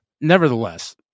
Nevertheless